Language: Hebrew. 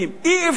אי-אפשר.